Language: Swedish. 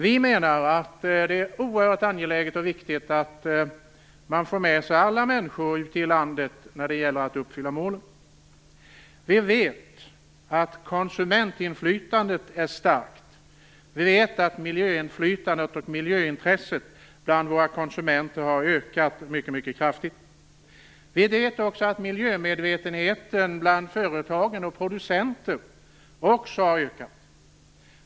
Vi menar att det är oerhört angeläget och viktigt att man får med sig alla människor ute i landet när det gäller att uppfylla målen. Vi vet att konsumentinflytandet är starkt. Vi vet att miljöinflytandet och miljöintresset bland våra konsumenter har ökat mycket kraftigt. Vi vet också att miljömedvetenheten bland företag och producenter också har ökat.